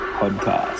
podcast